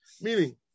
Meaning